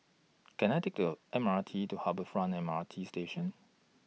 Can I Take The M R T to Harbour Front M R T Station